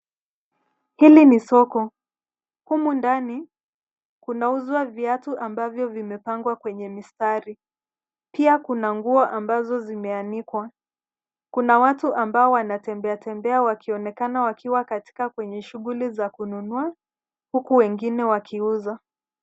Hili ni soko. Humu ndani, kunauzwa viatu ambavyo vimepangwa kwenye mistari. Pia kuna nguo ambazo zimeanikwa. Kuna watu ambao wanatembeatembea wakionekana wakiwa katika kwenye shughuli za kununua, huku wengine wakiuza.